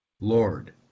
Lord